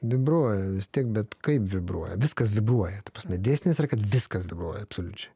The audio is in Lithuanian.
vibruoja vis tiek bet kaip vibruoja viskas vibruoja ta prasme dėsnis yra kad viskas vibruoja absoliučiai